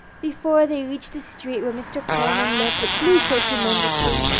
before they reached the street where mr. coleman lived it blew so tremendously,